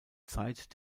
zeit